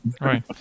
right